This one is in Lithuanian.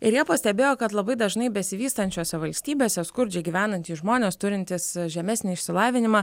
ir jie pastebėjo kad labai dažnai besivystančiose valstybėse skurdžiai gyvenantys žmonės turintys žemesnį išsilavinimą